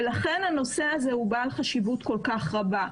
ולכן הנושא הזה הוא בעל חשיבות כל-כך רבה,